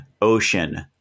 ocean